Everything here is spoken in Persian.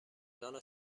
گلدان